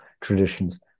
traditions